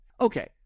okay